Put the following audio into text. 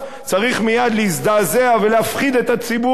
צריך מייד להזדעזע ולהפחיד את הציבור.